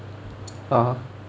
(uh huh)